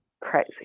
crazy